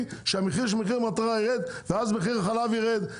שהמחיר של מחיר מטרה ירד ואז מחיר החלב ירד,